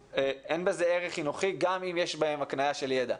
אין בזה ערך חינוכי גם אם יש בהם הקנייה של ידע.